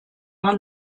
war